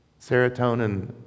Serotonin